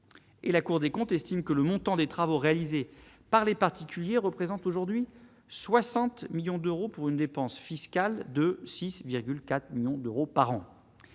et la Cour des comptes estime que le montant des travaux réalisés par les particuliers représentent aujourd'hui 60 millions d'euros pour une dépense fiscale de 6,4 millions d'euros par an,